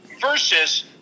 versus